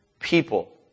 people